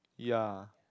ya